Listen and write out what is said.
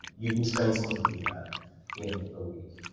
you can train someone to do that in a week,